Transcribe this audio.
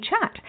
chat